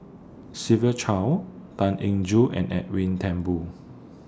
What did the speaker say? Siva Choy Tan Eng Joo and Edwin Thumboo